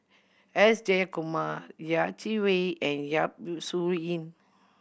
S Jayakumar Yeh Chi Wei and Yap Su Yin